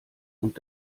und